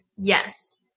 Yes